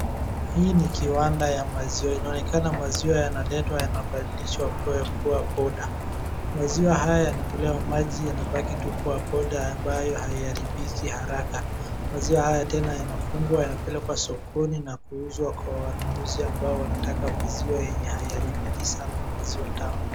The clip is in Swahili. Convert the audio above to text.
Hii ni kiwanda ya maziwa. Inaonekana maziwa yanaletwa yanabadilishwa kuwa poda. Maziwa haya yanatolewa umaji yanabaki tu kuwa poda ambayo haiharibiki haraka. Maziwa haya tena yanafungwa, yanapelekwa sokoni na kuuzwa kwa wanunuzi ambao wanataka maziwa yenye haiharibiki sana na maziwa tamu.